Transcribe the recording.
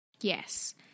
Yes